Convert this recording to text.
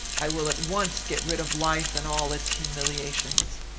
i will at once get rid of life and all its humiliations.